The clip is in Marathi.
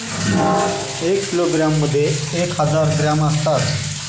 एक किलोग्रॅममध्ये एक हजार ग्रॅम असतात